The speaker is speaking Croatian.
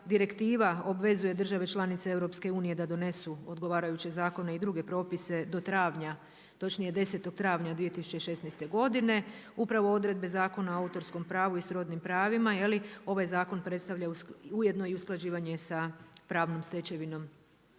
direktiva obvezuje države članice EU da donesu odgovarajuće zakone i druge propise do travnja, točije 10. travnja 2016. godine, upravo odredbe zakona o autorskom pravu i srodnim pravima je li, ovaj zakon predstavlja ujedno i usklađivanje sa pravnom stečevinom